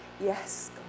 yes